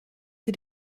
für